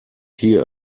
hear